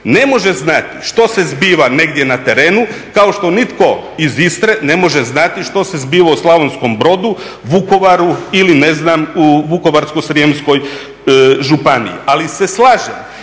ne može znati što se zbiva negdje na terenu, kao što nitko iz Istre ne može znati što se zbilo u Slavonskom Brodu, Vukovaru ili u Vukovarsko-srijemskoj županiji, ali se slažem